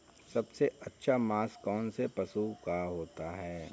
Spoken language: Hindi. सबसे अच्छा मांस कौनसे पशु का होता है?